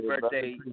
birthday